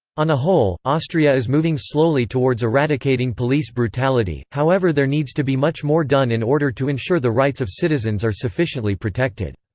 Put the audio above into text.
on a whole, austria is moving slowly towards eradicating police brutality, however there needs to be much more done in order to ensure the rights of citizens are sufficiently protected.